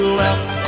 left